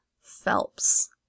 Phelps